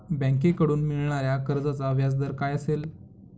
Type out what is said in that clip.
बँकेकडून मिळणाऱ्या कर्जाचा व्याजदर काय असेल?